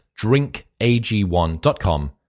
drinkag1.com